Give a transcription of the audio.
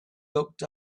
looked